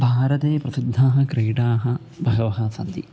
भारते प्रसिद्धाः क्रीडाः बहवः सन्ति